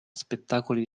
spettacoli